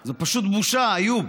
זו פשוט בושה, איוב.